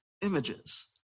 images